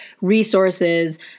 resources